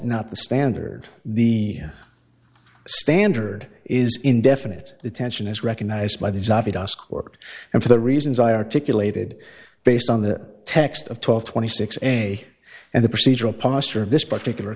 not the standard the standard is indefinite detention is recognized by the court and for the reasons i articulated based on the text of twelve twenty six a and the procedural posture of this particular